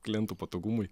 klientų patogumui